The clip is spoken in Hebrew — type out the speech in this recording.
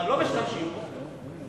אבל לא משתמשים בו.